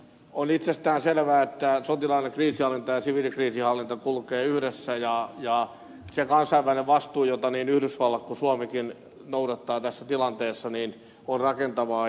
on itsestäänselvää että sotilaallinen kriisinhallinta ja siviilikriisinhallinta kulkevat yhdessä ja se kansainvälinen vastuu jota niin yhdysvallat kuin suomikin noudattaa tässä tilanteessa on rakentavaa